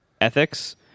ethics